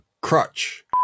crutch